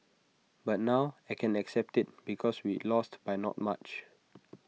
but now I can accept IT because we lost by not much